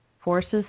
forces